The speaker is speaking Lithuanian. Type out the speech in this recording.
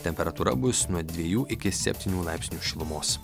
temperatūra bus nuo dviejų iki septynių laipsnių šilumos